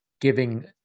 giving